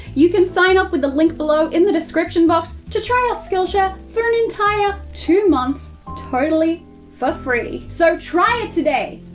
you can sign up with the link below in the description box to try out skillshare for an entire two months, totally for free. so try it today!